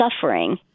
suffering